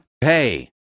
pay